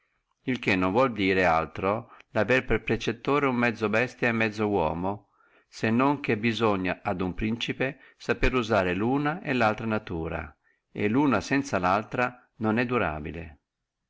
il che non vuol dire altro avere per precettore uno mezzo bestia e mezzo uomo se non che bisogna a uno principe sapere usare luna e laltra natura e luna sanza laltra non è durabile